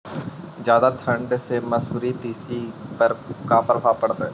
जादा ठंडा से मसुरी, तिसी पर का परभाव पड़तै?